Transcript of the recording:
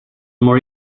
more